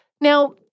Now